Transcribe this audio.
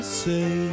say